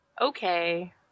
Okay